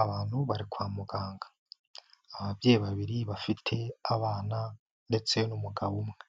Abantu bari kwa muganga. Ababyeyi babiri bafite abana ndetse n'umugabo umwe,